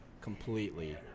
completely